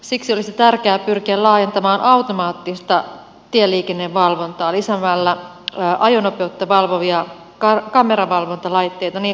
siksi olisi tärkeää pyrkiä laajentamaan automaattista tieliikennevalvontaa lisäämällä ajonopeutta valvovia kameravalvontalaitteita niin